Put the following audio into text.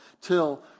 till